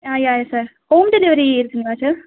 யா yeah sir home delivery இருக்குதுங்களா sir